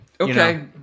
okay